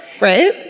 right